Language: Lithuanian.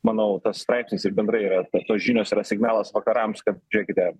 manau tas straipsnis ir bendrai yra to tokios žinios yra signalas vakarams kad žiūrėkite